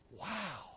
wow